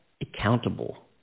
accountable